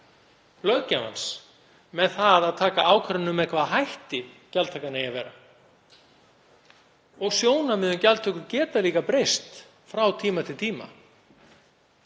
löggjafans í því að taka ákvörðun um með hvaða hætti gjaldtakan eigi að vera, og sjónarmið um gjaldtöku geta líka breyst frá tíma til tíma.